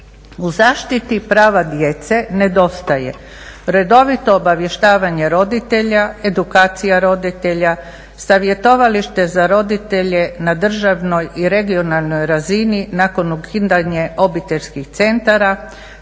U zaštiti prava djece nedostaje redovito obavještavanje roditelja, edukacija roditelja, savjetovalište za roditelje na državnoj i regionalnoj razini nakon ukidanja obiteljskih centara,